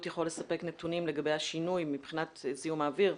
יכול לספק נתונים לגבי השינוי מבחינתך זיהום אוויר,